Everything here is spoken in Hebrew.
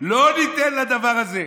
לא ניתן לדבר הזה.